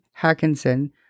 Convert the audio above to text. Hackinson